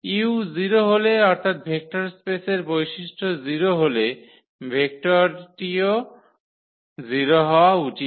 u 0 হলে অর্থাৎ vector স্পেসের বৈশিষ্ট্য 0 হলে ভেক্টরটিরও 0 হওয়া উচিত